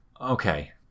Okay